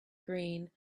green